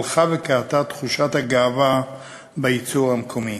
הלכה וקהתה תחושת הגאווה בייצור המקומי.